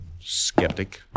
Skeptic